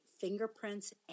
fingerprints